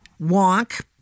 wonk